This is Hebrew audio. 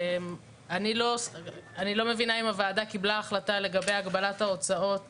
אני לא מבינה אם הוועדה קיבלה החלטה לגבי הגבלת ההוצאות